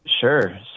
Sure